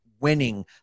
winning